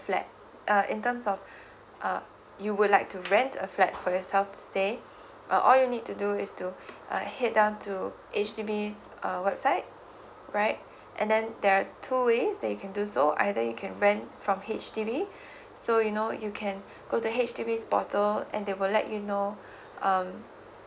flat uh in terms of uh you would like to rent a flat for yourself to stay uh all you need to do is to uh head down to H_D_B's uh website right and then there are two ways that you can do so either you can rent from H_D_B so you know you can go to H_D_B's portal and they will let you know um